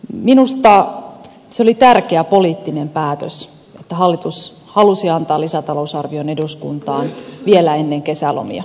minusta se oli tärkeä poliittinen päätös että hallitus halusi antaa lisätalousarvion eduskuntaan vielä ennen kesälomia